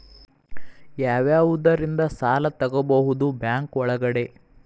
ಯಾವ್ಯಾವುದರಿಂದ ಸಾಲ ತಗೋಬಹುದು ಬ್ಯಾಂಕ್ ಒಳಗಡೆ?